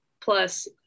plus